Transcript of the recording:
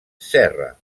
serra